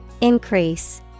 Increase